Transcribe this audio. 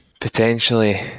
potentially